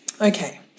Okay